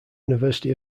university